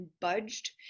budged